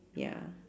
ya